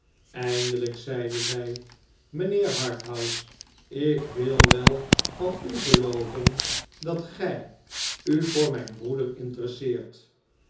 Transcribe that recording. eindelijk zeide zij mijnheer harthouse ik wil wel van u gelooven dat gij u voor mijn broeder interesseert